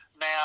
Now